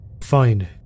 Fine